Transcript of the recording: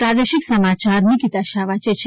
પ્રાદેશિક સમાયાર નિકિતા શાહ વાંચે છે